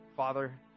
Father